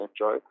enjoy